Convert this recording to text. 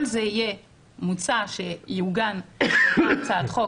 כל זה מוצע שיעוגן באותה הצעת חוק